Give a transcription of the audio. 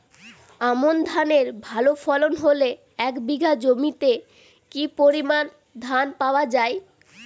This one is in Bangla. আমন ধানের ভালো ফলন হলে এক বিঘা জমিতে কি পরিমান ধান পাওয়া যায়?